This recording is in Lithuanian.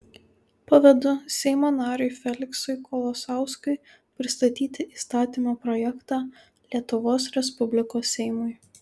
pavedu seimo nariui feliksui kolosauskui pristatyti įstatymo projektą lietuvos respublikos seimui